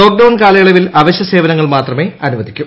lock down കാലയളവിൽ അവശ്യപ്സേവനങ്ങൾ മാത്രമേ അനുവദിക്കൂ